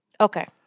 Okay